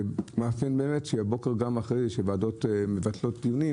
הבוקר יש ועדות שמבטלות דיונים